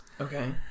Okay